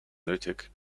nötig